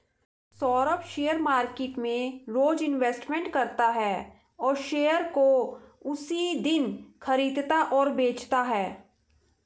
Saurabh share market में रोज investment करता है और शेयर को उसी दिन खरीदता और बेचता है